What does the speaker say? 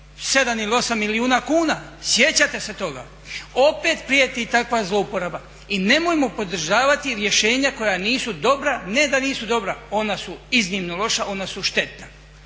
7 ili 8 milijuna kuna. sjećate se toga? Opet prijeti takva zlouporaba i nemojmo podržavati rješenja koja nisu dobra. Ne da nisu dobra, ona su iznimno loša ona su štetna.